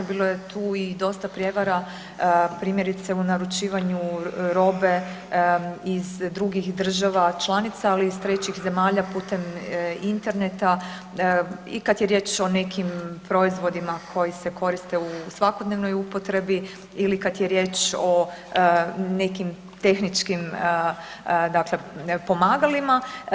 Bilo je tu i dosta prijevara primjerice u naručivanju robe iz drugih država članica, ali i iz trećih zemalja putem interneta i kada je riječ o nekim proizvodima koji se koriste u svakodnevnoj upotrebi ili kada je riječ o nekim tehničkim pomagalima.